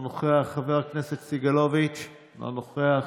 אינו נוכח, חבר הכנסת סגלוביץ' אינו נוכח.